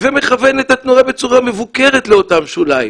ומכוון את התנועה בצורה מבוקרת לאותם שוליים,